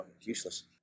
useless